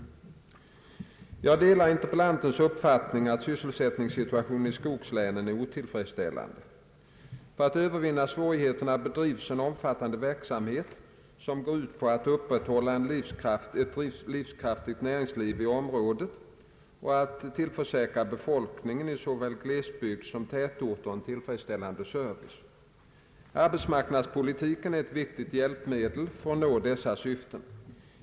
Jag delar interpellantens uppfattning att sysselsättningssituationen i skogslänen är otillfredsställande. För att övervinna svårigheterna bedrivs en omfattande verksamhet som går ut på att upprätthålla ett livskraftigt näringsliv i området och att tillförsäkra befolkningen i såväl glesbygd som tätorter en tillfredsställande service. Arbetsmarknadspolitiken är ett viktigt hjälpmedel för att nå dessa syften.